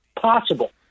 possible